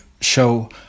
show